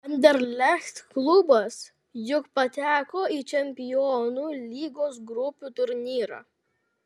anderlecht klubas juk pateko į čempionų lygos grupių turnyrą